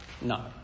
No